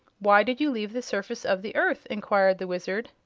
why did you leave the surface of the earth? enquired the wizard.